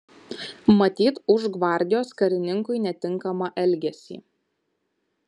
matyt už gvardijos karininkui netinkamą elgesį